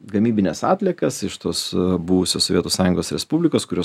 gamybines atliekas iš tos buvusios sovietų sąjungos respublikos kurios